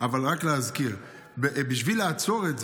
אבל רק להזכיר: בשביל לעצור את זה,